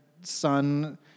son